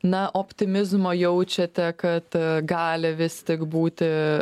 na optimizmo jaučiate kad gali vis tik būti